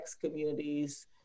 communities